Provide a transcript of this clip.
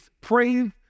pray